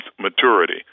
maturity